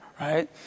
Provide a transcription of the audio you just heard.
right